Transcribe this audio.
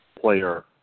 player